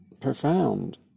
profound